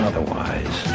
Otherwise